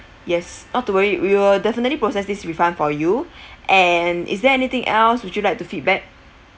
yes not to worry we will definitely process this refund for you and is there anything else would you like to feedback